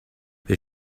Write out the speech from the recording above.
they